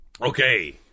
Okay